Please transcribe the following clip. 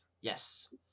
Yes